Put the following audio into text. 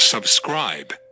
Subscribe